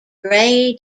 gray